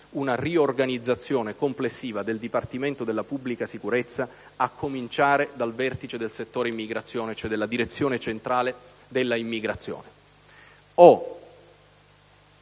una riorganizzazione complessiva del Dipartimento stesso, a cominciare dal vertice del settore immigrazione, cioè della Direzione centrale dell'immigrazione.